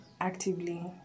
actively